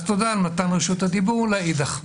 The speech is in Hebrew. אז תודה על מתן רשות הדיבור לאידך.